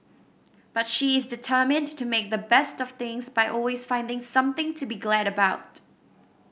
but she is determined to make the best of things by always finding something to be glad about